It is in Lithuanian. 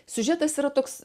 siužetas yra toks